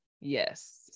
yes